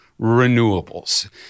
renewables